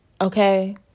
okay